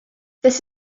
this